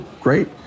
great